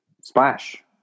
Splash